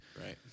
right